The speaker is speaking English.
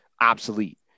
obsolete